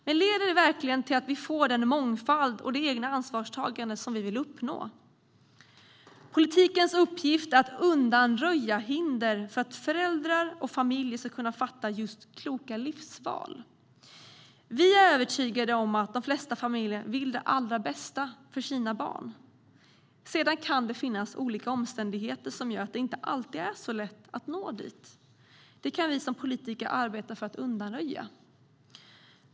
Men leder det verkligen till att vi får den mångfald och det egna ansvarstagande som vi vill uppnå? Politikens uppgift är att undanröja hinder för att föräldrar och familjer ska kunna fatta just kloka livsval. Vi är övertygade om att de flesta familjer vill det allra bästa för sina barn. Sedan kan det finnas olika omständigheter som gör att det inte alltid är så lätt att nå dit. Det kan vi som politiker arbeta för att undanröja.